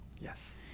Yes